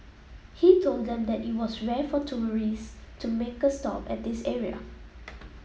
he told them that it was rare for tourists to make a stop at this area